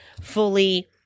fully